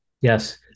Yes